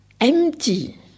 Empty